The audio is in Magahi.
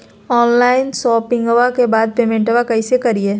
ऑनलाइन शोपिंग्बा के बाद पेमेंटबा कैसे करीय?